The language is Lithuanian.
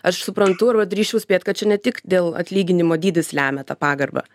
aš suprantu arba drįsčiau spėt kad čia ne tik dėl atlyginimo dydis lemia tą pagarbą